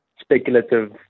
speculative